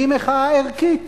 והיא מחאה ערכית.